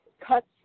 cuts